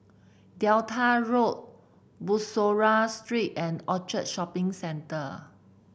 Delta Road Bussorah Street and Orchard Shopping Centre